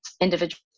individual